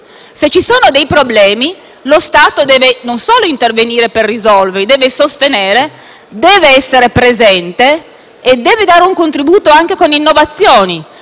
Se ci sono dei problemi, lo Stato non solo deve intervenire per risolverli, deve sostenere, essere presente e dare un contributo anche con innovazioni.